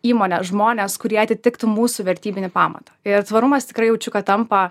įmones žmones kurie atitiktų mūsų vertybinį pamatą ir tvarumas tikrai jaučiu kad tampa